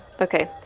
Okay